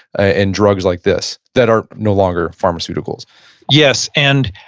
and drugs like this that are no longer pharmaceuticals yes. and,